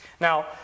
Now